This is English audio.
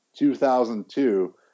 2002